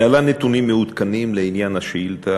להלן נתונים מעודכנים לעניין השאילתה